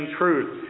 truth